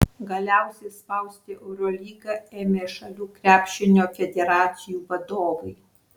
galiausiai spausti eurolygą ėmė šalių krepšinio federacijų vadovai